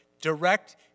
direct